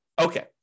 Okay